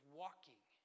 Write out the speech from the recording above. walking